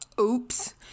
oops